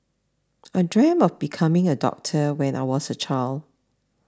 I dreamt of becoming a doctor when I was a child